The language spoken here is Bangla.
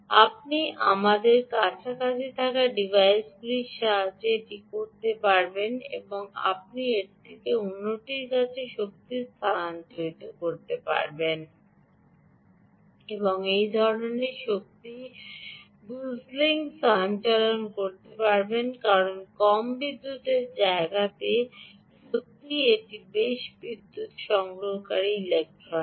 আপনি আমাদের কাছাকাছি থাকা ডিভাইসগুলির সাহায্যে এটি করতে পারেন আপনি একটি থেকে অন্যটির কাছে শক্তি স্থানান্তর করতে পারেন এবং এই ধরণের শক্তি গুজলিং সঞ্চালন করতে পারেন কারণ কম বিদ্যুতের জায়গাতে সত্যই এটি বেশ বিদ্যুৎ গ্রহণকারী ইলেক্ট্রনিক্স